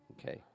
Okay